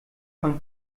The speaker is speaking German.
von